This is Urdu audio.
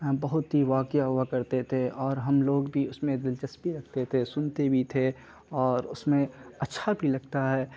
بہت ہی واقعہ ہوا کرتے تھے اور ہم لوگ بھی اس میں دلچسپی رکھتے تھے سنتے بھی تھے اور اس میں اچھا بھی لگتا ہے